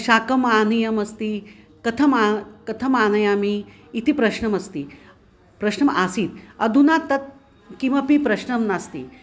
शाकम् आनीतव्यमस्ति कथं कथम् आनयामि इति प्रश्नमस्ति प्रश्नम् आसीत् अधुना तत् किमपि प्रश्नं नास्ति